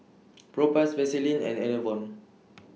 Propass Vaselin and Enervon